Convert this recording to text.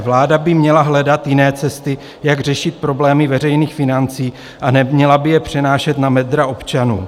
Vláda by měla hledat jiné cesty, jak řešit problémy veřejných financí, a neměla by je přenášet na bedra občanů.